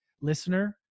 listener